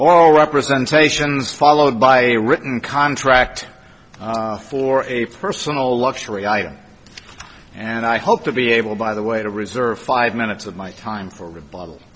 or representation is followed by a written contract for a personal luxury item and i hope to be able by the way to reserve five minutes of my time for